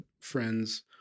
friends –